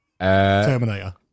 Terminator